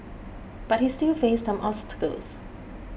but he still faced some obstacles